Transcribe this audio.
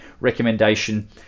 recommendation